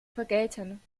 vergelten